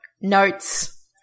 Notes